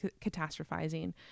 catastrophizing